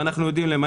ואנחנו יודעים למה.